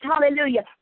Hallelujah